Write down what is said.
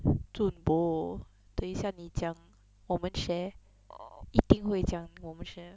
zhun bo 等一下你讲我们 share 一定会讲我们 share